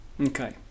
Okay